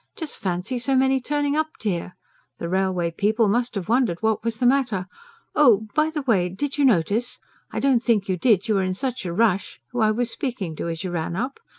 just fancy so many turning up, dear. the railway people must have wondered what was the matter oh, by the way, did you notice i don't think you did, you were in such a rush who i was speaking to as you ran up?